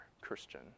Christian